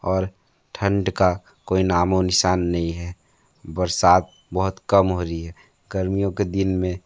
और ठंड का कोई नामों निशान नहीं है बरसात बहुत कम हो रही है गर्मियों के दिन में